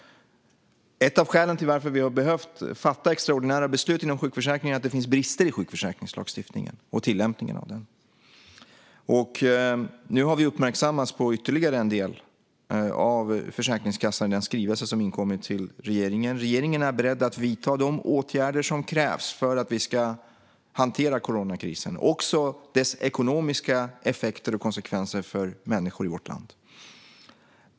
Ett av skälen till att vi har behövt fatta extraordinära beslut när det gäller sjukförsäkringen är att det finns brister i sjukförsäkringslagstiftningen och i tillämpningen av den. Nu har vi uppmärksammats på ytterligare en del av Försäkringskassan i den skrivelse som inkommit till regeringen. Regeringen är beredd att vidta de åtgärder som krävs för att vi ska hantera coronakrisen - också dess ekonomiska effekter och konsekvenser för människor i vårt land.